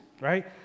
right